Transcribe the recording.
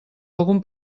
algun